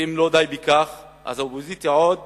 ואם לא די בכך, האופוזיציה עוד